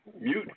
mute